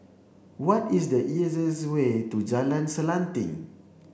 what is the easiest way to Jalan Selanting